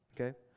okay